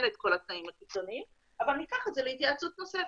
את כל התנאים הקיצונים אבל ניקח את זה להתייעצות נוספת.